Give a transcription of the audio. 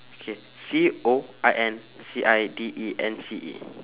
okay C O I N C I D E N C E